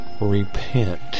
repent